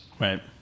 Right